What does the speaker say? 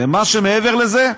ומה שמעבר לזה,